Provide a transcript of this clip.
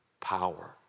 power